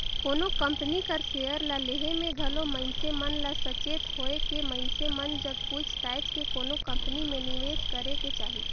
कोनो कंपनी कर सेयर ल लेहे में घलो मइनसे मन ल सचेत होएके मइनसे मन जग पूइछ ताएछ के कोनो कंपनी में निवेस करेक चाही